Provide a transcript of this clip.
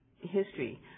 history